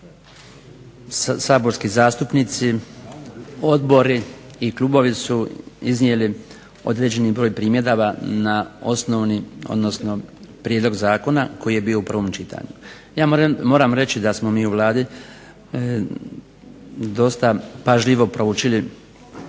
saborski zastupnici, odbori i klubovi su iznijeli određeni broj primjedaba na prijedlog zakona koji je bio u prvom čitanju. Ja moram reći da smo mi u Vladi dosta pažljivo proučili